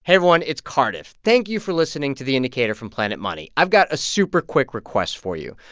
hey, everyone. it's cardiff. thank you for listening to the indicator from planet money. i've got a super quick request for you.